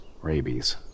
rabies